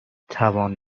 توان